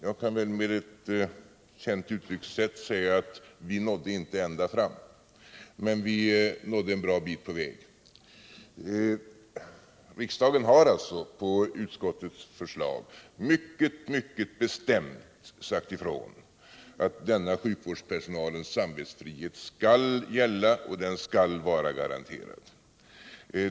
Jag kan väl med ett känt uttryckssätt säga att vi nådde inte ända fram. Men vi nådde en bra bit på väg. Riksdagen har alltså på utskottets förslag mycket bestämt sagt ifrån att denna sjukvårdspersonalens samvetsfrid skall gälla och att den skall vara garanterad.